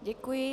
Děkuji.